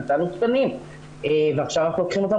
נתנו תקנים ועכשיו אנחנו לוקחים אותם